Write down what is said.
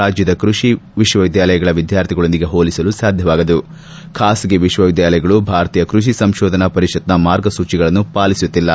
ರಾಜ್ಯದ ಕೃಷಿ ವಿಶ್ವವಿದ್ಯಾಲಯಗಳ ವಿದ್ಯಾರ್ಥಿಗಳೊಂದಿಗೆ ಹೋಲಿಸಲು ಸಾಧ್ಯವಾಗದು ಬಾಸಗಿ ವಿಶ್ವವಿದ್ಯಾಲಯಗಳು ಭಾರತೀಯ ಕೃಷಿ ಸಂಶೋಧನಾ ಪರಿಷತ್ನ ಮಾರ್ಗಸೂಚಿಗಳನ್ನು ಪಾಲಿಸುತ್ತಿಲ್ಲ